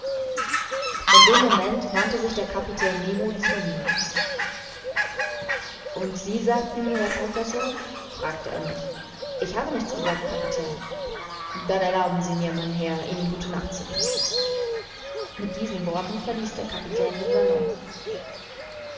in dem moment wandte sich der kapitän nemo zu mir und sie sagten herr professor fragte er mich ich habe nichts gesagt kapitän dann erlauben sie mir mein herr ihnen gute nacht zu wünschen mit diesen worten verließ der kapitän den salon